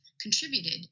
contributed